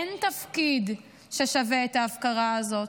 אין תפקיד ששווה את ההפקרה הזאת.